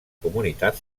comunitat